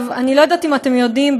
אני לא יודעת אם אתם יודעים,